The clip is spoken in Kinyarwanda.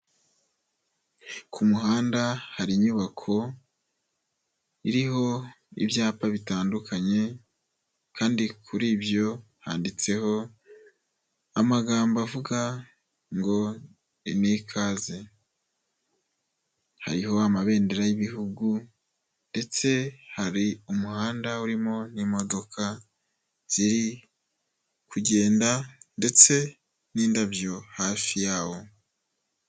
Ku muhanda hari inyubako iriho ibyapa bitandukanye kandi kuri byo handitseho amagambo avuga ngo ni ikaze, hariho amabendera y'ibihugu ndetse hari umuhanda urimo imodoka ziri kugenda ndetse n'indabyo hafi yawo.